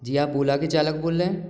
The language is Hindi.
जी आप ओला के चालक बोल रहे हैं